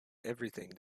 everything